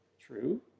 True